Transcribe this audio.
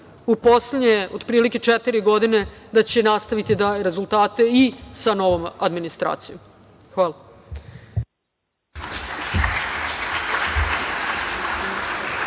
u poslednje otprilike četiri godine da će nastaviti da daje rezultate i sa novom administracijom. Hvala.